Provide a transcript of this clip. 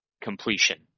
completion